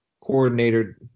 coordinator –